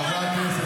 חברי הכנסת,